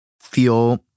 feel